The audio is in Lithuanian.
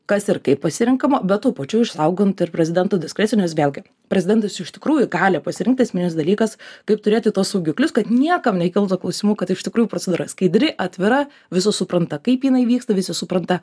kas ir kaip pasirenkama bet tuo pačiu išsaugant ir prezidento diskretinius vėlgi prezidentas iš tikrųjų gali pasirinkti esminis dalykas kaip turėti tuos saugiklius kad niekam nekiltų klausimų kad iš tikrųjų procedūra skaidri atvira visų supranta kaip jinai vyksta visi supranta